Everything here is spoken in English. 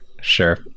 sure